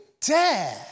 dare